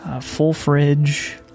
full-fridge